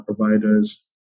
providers